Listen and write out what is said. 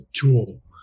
tool